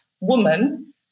woman